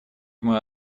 мой